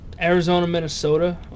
Arizona-Minnesota